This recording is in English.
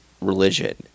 religion